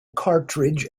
cartridge